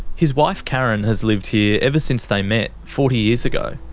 his wife karen has lived here ever since they met forty years ago.